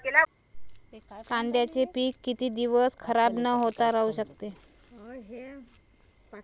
कांद्याचे पीक किती दिवस खराब न होता राहू शकते?